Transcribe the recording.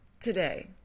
today